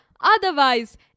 Otherwise